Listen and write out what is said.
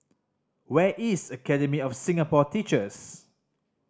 where is Academy of Singapore Teachers